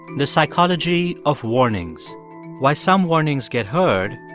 the psychology of warnings why some warnings get heard,